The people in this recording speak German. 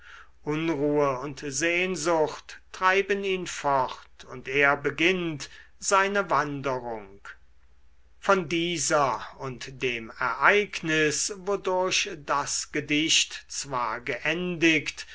unruhe und sehnsucht treiben ihn fort und er beginnt seine wanderung von dieser und von dem ereignis wodurch das gedicht zwar geendigt